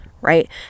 right